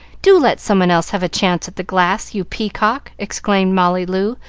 do let someone else have a chance at the glass, you peacock! exclaimed molly loo,